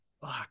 Fuck